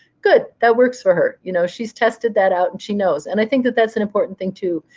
good. that works for her. you know she's tested that out and she knows. and i think that that's an important thing too,